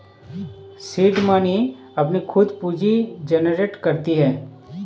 seed money अपनी खुद पूंजी जनरेट करती है